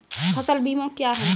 फसल बीमा क्या हैं?